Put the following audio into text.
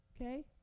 Okay